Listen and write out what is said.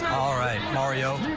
all right, mario.